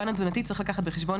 הפן התזונתי צריך לקחת בחשבון,